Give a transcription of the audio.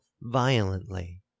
violently